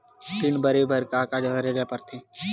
ऋण भरे बर का का करे ला परथे?